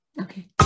Okay